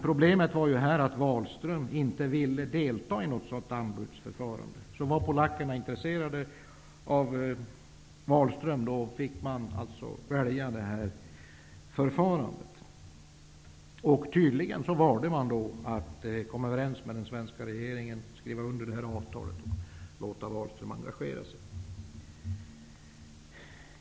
Problemet var att Wahlström inte ville delta i ett sådant anbudsförfarande. Om polackerna var intresserade av Wahlström, var man tvungen att välja det här förfarandet. Tydligen valde man att komma överens med den svenska regeringen, skriva under det här avtalet och låta Wahlström engagera sig.